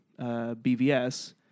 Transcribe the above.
BVS